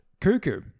Cuckoo